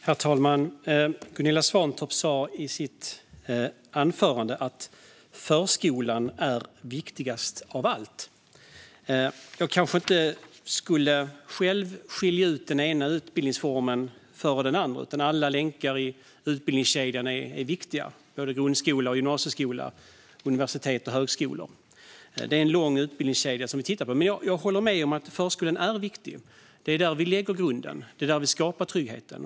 Herr talman! Gunilla Svantorp sa i sitt anförande att förskolan är viktigast av allt. Jag kanske inte själv skulle skilja ut den ena utbildningsformen och sätta den före den andra. Alla länkar i utbildningskedjan är viktiga. Det är grundskola, gymnasieskola, universitet och högskolor. Det är en lång utbildningskedja som vi tittar på. Jag håller med om att förskolan är viktig. Det är där vi lägger grunden och skapar tryggheten.